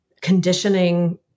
conditioning